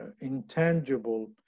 intangible